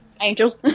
Angel